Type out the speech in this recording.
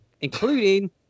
including